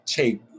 take